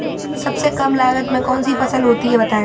सबसे कम लागत में कौन सी फसल होती है बताएँ?